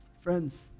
Friends